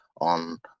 on